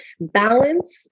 balance